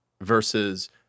versus